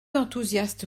enthousiaste